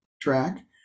track